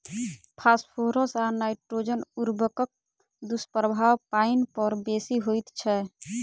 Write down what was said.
phosphorus आ nitrogen उर्वरकक दुष्प्रभाव पाइन पर बेसी होइत छै